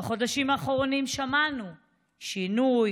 בחודשים האחרונים שמענו "שינוי",